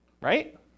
right